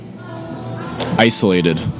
Isolated